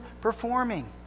performing